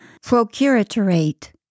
Procuratorate